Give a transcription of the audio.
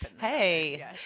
Hey